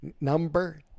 number